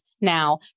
now